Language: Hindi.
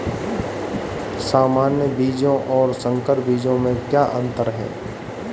सामान्य बीजों और संकर बीजों में क्या अंतर है?